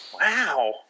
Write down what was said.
Wow